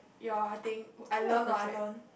your I think I learn or I learn